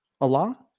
Allah